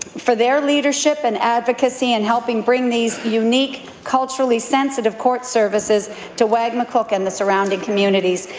for their leadership and advocacy in helping bring these unique, culturally-sensitive court services to wagmatcook and the surrounding communities.